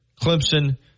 Clemson